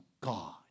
God